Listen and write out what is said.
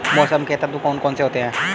मौसम के तत्व कौन कौन से होते हैं?